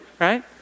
right